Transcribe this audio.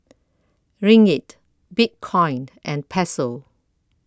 Ringgit Bitcoin and Peso